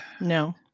no